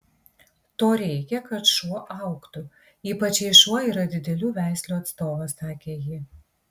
to reikia kad šuo augtų ypač jei šuo yra didelių veislių atstovas sakė ji